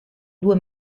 due